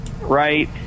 right